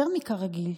יותר מכרגיל.